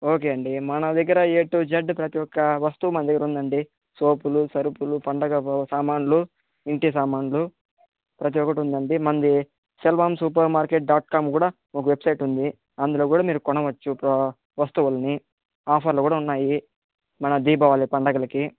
okay అండి మన దగ్గర ఏ టూ జెడ్ ప్రతి ఒక్క వస్తువు మన దగ్గర ఉందండి సోపులు సర్ఫులు పండుగ సామాన్లు ఇంటి సామాన్లు ప్రతి ఒకటి ఉంది మనది Selvam super market dot com కూడా ఒక వెబ్సైట్ ఉంది అందులో కూడా మీరు కొనవచ్చు ప్రో వస్తువులని ఆఫర్లు కూడా ఉన్నాయి దీపావళి పండుగలకి